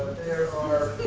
there are